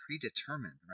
predetermined